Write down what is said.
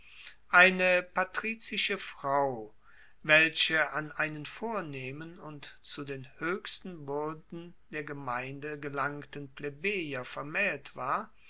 eine patrizische frau welche an einen vornehmen und zu den hoechsten wuerden der gemeinde gelangten plebejer vermaehlt war